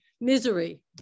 misery